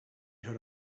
heard